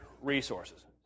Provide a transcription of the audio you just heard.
resources